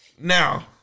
Now